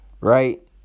right